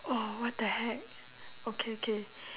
oh what the heck okay okay